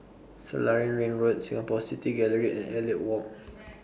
Selarang Ring Road Singapore City Gallery and Elliot Walk